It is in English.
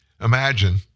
Imagine